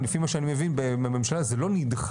לפי מה שאני מבין בממשלה זה לא נדחה.